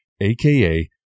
aka